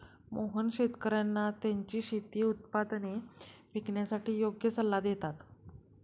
मोहन शेतकर्यांना त्यांची शेती उत्पादने विकण्यासाठी योग्य सल्ला देतात